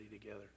together